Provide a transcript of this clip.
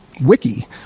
wiki